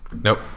Nope